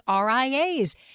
RIAs